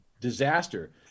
disaster